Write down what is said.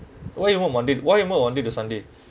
why you mop on monday why you mop on monday to sunday